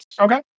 Okay